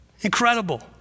Incredible